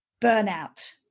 Burnout